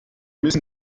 müssen